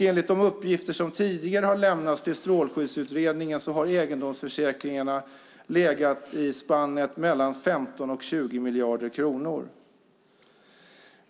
Enligt de uppgifter som tidigare har lämnats till Strålskyddsutredningen har egendomsförsäkringarna legat i spannet mellan 15 och 20 miljarder kronor.